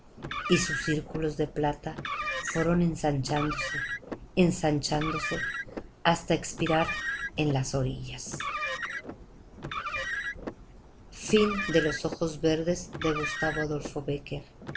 y sus círculos de plata fueron ensanchándose ensanchándose hasta espirar en las orillas como